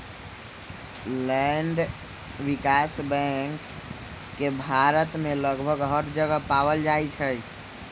land विकास bank के भारत के लगभग हर जगह पावल जा हई